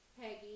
Peggy